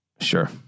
Sure